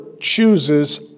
chooses